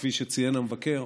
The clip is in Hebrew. כפי שציין המבקר,